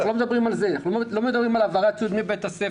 אנחנו לא מדברים על העברת ציוד מבית הספר.